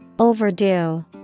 Overdue